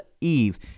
Eve